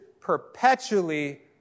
perpetually